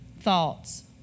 thoughts